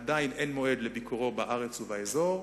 עדיין אין מועד לביקורו בארץ ובאזור,